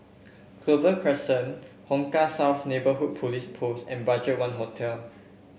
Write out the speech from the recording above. Clover Crescent Hong Kah South Neighbourhood Police Post and BudgetOne Hotel